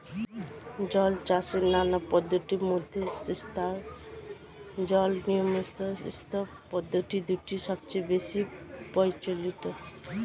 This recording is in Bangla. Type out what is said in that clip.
জলচাষের নানা পদ্ধতির মধ্যে স্থায়ী জল ও নিয়ন্ত্রিত স্রোত পদ্ধতি দুটি সবচেয়ে বেশি প্রচলিত